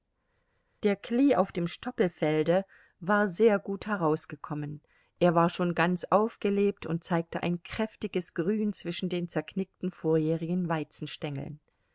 der klee auf dem stoppelfelde war sehr gut herausgekommen er war schon ganz aufgelebt und zeigte ein kräftiges grün zwischen den zerknickten vorjährigen